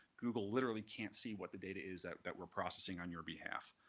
google literally can't see what the data is that that we're processing on your behalf.